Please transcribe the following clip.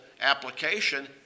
application